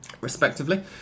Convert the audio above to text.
respectively